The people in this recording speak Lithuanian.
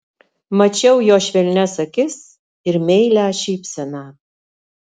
mačiau jo švelnias akis ir meilią šypseną